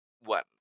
one